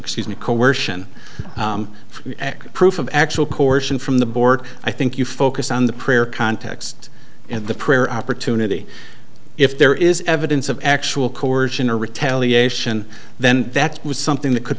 excuse me coercion for proof of actual portion from the board i think you focus on the prayer context and the prayer opportunity if there is evidence of actual coercion or retaliation then that was something that could